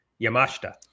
Yamashita